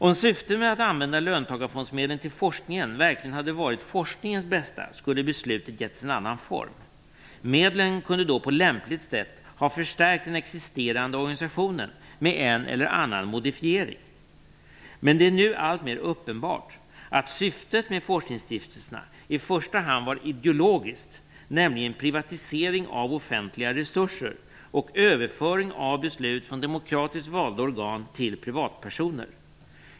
Om syftet med att använda löntagarfondsmedlen till forskningen verkligen hade varit forskningens bästa skulle beslutet ha getts en annan form. Medlen kunde då på lämpligt sätt ha förstärkt den existerande organisationen med en eller annan modifiering. Men det är nu alltmer uppenbart att syftet med forskningsstiftelserna i första hand var ideologiskt, nämligen privatisering av offentliga resurser och överföring av beslut från demokratiskt valda organ till privatpersoner.